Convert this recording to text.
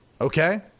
okay